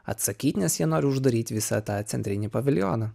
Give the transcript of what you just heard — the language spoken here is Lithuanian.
atsakyt nes jie nori uždaryt visą tą centrinį paviljoną